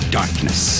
darkness